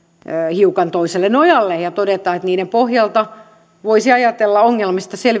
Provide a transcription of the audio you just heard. hiukan toiselle nojalle ja todeta että niiden pohjalta voisi ajatella ongelmista